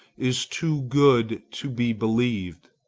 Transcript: is too good to be believed.